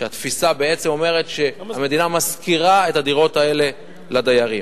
כשהתפיסה בעצם אומרת שהמדינה משכירה את הדירות האלה לדיירים.